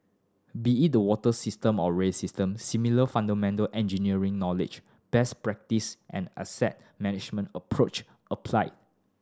be it the water system or rail system similar fundamental engineering knowledge best practice and asset management approached apply